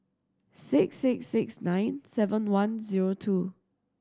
six six six nine seven one zero two